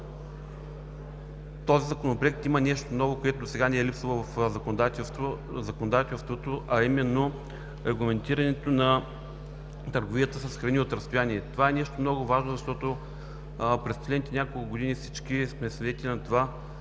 този Законопроект има нещо ново, което досега ни е липсвало в законодателство, а именно регламентирането на търговията с храни от разстояние. Това е нещо много важно, защото през последните няколко години всички сме свидетели на това